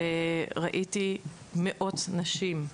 וראיתי מאות נשים,